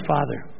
Father